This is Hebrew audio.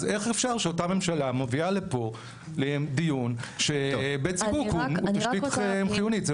אז איך אפשר שאותה ממשלה מודיעה לפה דיון שבית זיקוק הוא תשתית חיונית?